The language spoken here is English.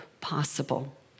possible